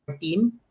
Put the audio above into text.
team